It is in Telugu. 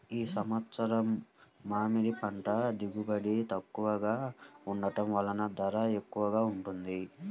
ఈ సంవత్సరం మామిడి పంట దిగుబడి తక్కువగా ఉండటం వలన ధర ఎక్కువగా ఉంది